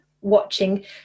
watching